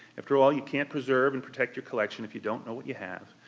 after all you can't preserve and protect your collection if you don't know what you have.